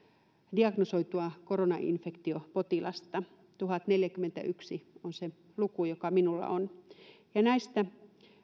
diagnosoitua koronainfektiopotilasta tuhatneljäkymmentäyksi on se luku joka minulla on ja näistä